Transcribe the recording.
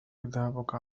كتابك